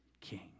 king